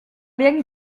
bien